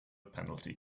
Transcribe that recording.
penalty